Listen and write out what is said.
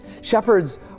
shepherds